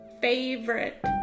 favorite